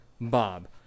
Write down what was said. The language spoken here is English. Bob